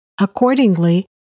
Accordingly